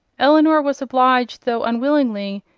elinor was obliged, though unwillingly,